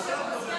יואל, תפסיק עם זה.